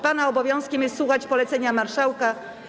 Pana obowiązkiem jest słuchać polecenia marszałka.